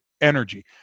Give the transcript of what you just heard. energy